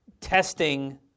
testing